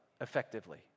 effectively